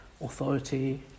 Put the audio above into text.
authority